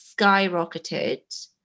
skyrocketed